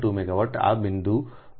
2 megawatt આ બિંદુ પણ છે 1